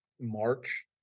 March